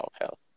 health